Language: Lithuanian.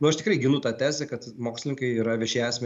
nu aš tikrai ginu tą tezę kad mokslininkai yra viešieji asmenys